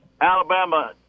Alabama